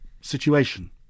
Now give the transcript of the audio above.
situation